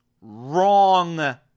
wrong